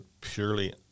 purely